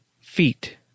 feet